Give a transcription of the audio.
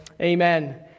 amen